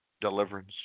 deliverance